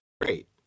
great